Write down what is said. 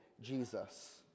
Jesus